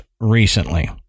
Recently